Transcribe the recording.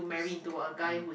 twisted mm